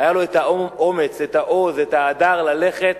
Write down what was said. היו לו האומץ, העוז, ההדר, ללכת,